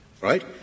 right